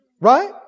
Right